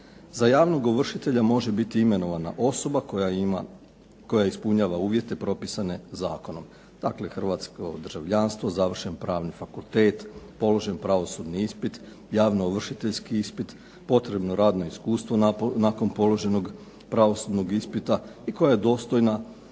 Za javnog ovršitelja može biti imenovana osoba koja ima, koja ispunjava uvjete propisane zakonom. Dakle, hrvatsko državljanstvo, završen Pravni fakultet, položen pravosudni ispit, javno-ovršiteljski ispit, potrebno radno iskustvo nakon položenog pravosudnog ispita i koja je dostojna